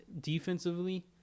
defensively